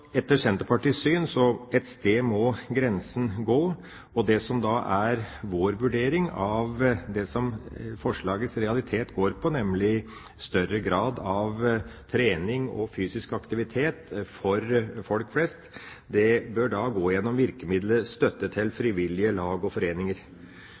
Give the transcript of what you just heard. Etter Senterpartiets syn må grensen gå et sted. Det som er vår vurdering når det gjelder realiteten i forslaget, er at man bør tilrettelegge for trening og fysisk aktivitet for folk flest gjennom virkemiddelet støtte til